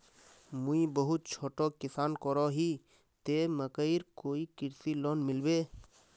मुई बहुत छोटो किसान करोही ते मकईर कोई कृषि लोन मिलबे?